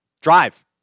drive